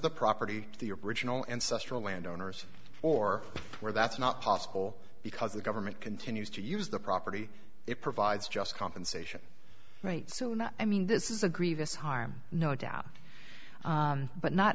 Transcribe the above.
the property to the original ancestral land owners or where that's not possible because the government continues to use the property it provides just compensation right so no i mean this is a grievous harm no doubt but not